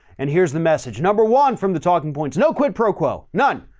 and here's the message number one from the talking points. no quid pro quo. none.